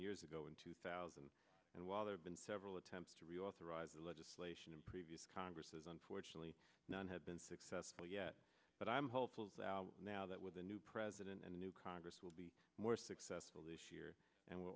years ago in two thousand and while there have been several attempts to reauthorize the legislation in previous congresses unfortunately none have been successful yet but i'm hopeful is out now that with a new president and a new congress will be more successful this year and we're